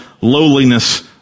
lowliness